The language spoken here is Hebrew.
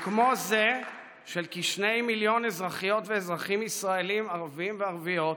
כמו זה של כשני מיליון אזרחיות ואזרחים ישראלים ערבים וערביות,